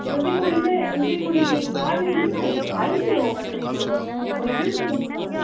ते उं'दी कुड़ी में उं'दी कुड़ी बाहर बी रौहंदी ना इक आई दी ओह् मतलब होई आ उं'दा संस्कार